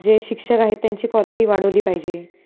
जे शिक्षक आहे त्यांची क्वॉलिटी वाढवली पाहिजे